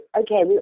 okay